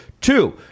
Two